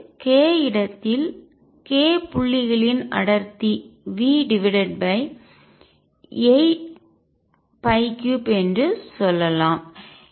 அல்லது k இடத்தில் k புள்ளிகளின் அடர்த்தி V83 என்று சொல்லலாம்